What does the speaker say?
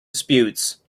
disputes